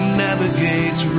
navigates